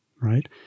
right